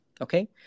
okay